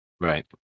right